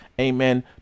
amen